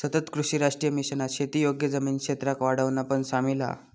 सतत कृषी राष्ट्रीय मिशनात शेती योग्य जमीन क्षेत्राक वाढवणा पण सामिल हा